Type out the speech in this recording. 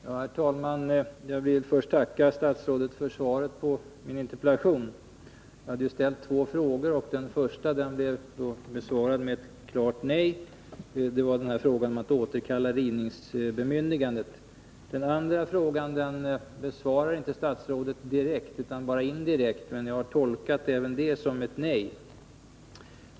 Herr talman! Jag vill först tacka statsrådet för svaret på min interpellation. Jag hade ju ställt två frågor, och den första blev besvarad med ett klart nej — det var frågan om att återkalla rivningsbemyndigandet. Den andra frågan besvarar inte statsrådet direkt utan bara indirekt, men jag har tolkat även det som ett nej.